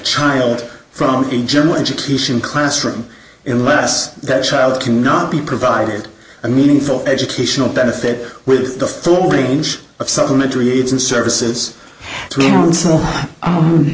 child from in general education classroom in less than a child cannot be provided a meaningful educational benefit with the filming inch of supplementary aids and services and